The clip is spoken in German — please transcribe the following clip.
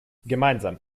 gemeinsam